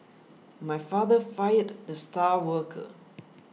my father fired the star worker